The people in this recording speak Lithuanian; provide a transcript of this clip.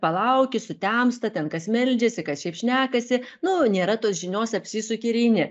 palauki sutemsta ten kas meldžiasi kas šiaip šnekasi nu nėra tos žinios apsisuki ir eini